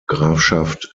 grafschaft